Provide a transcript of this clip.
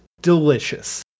delicious